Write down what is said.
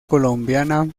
colombiana